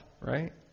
right